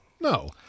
No